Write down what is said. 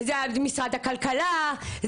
זה משרד הכלכלה,